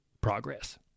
progress